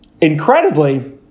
incredibly